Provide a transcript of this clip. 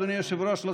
אדוני היושב-ראש,